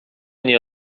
nie